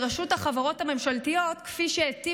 אז אני אחזור על זה שוב.